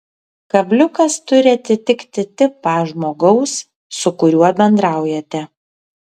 kabliukas turi atitikti tipą žmogaus su kuriuo bendraujate